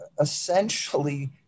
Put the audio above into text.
essentially